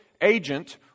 agent